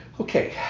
Okay